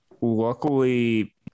luckily